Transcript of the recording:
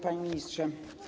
Panie Ministrze!